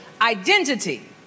identity